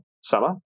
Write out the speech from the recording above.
summer